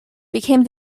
became